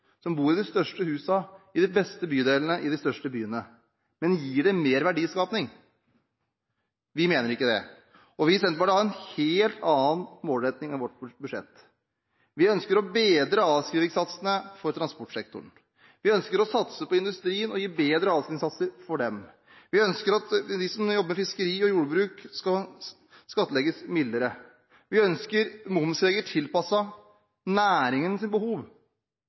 som bor i de største husene i de beste bydelene i de største byene. Men gir det mer verdiskaping? Vi mener ikke det. Vi i Senterpartiet har en helt annen målretning på vårt budsjett. Vi ønsker å bedre avskrivningssatsene for transportsektoren. Vi ønsker å satse på industrien og gi bedre avskrivningssatser for dem. Vi ønsker at de som jobber med fiskeri og jordbruk, skal skattlegges mildere. Vi ønsker momsregler tilpasset næringens behov,